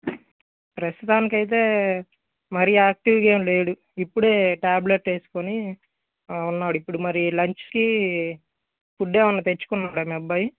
ప్రస్తుతానికైతే మరీ యాక్టీవ్గా ఏమీ లేడు ఇప్పుడే ట్యాబ్లెట్ వేసుకుని ఉన్నాడు ఇప్పుడు మరి లంచ్ కి ఫుడ్ ఏమన్నా తెచుకున్నాడా మీ అబ్బాయి